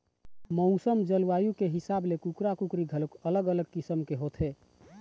मउसम, जलवायु के हिसाब ले कुकरा, कुकरी घलोक अलग अलग किसम के होथे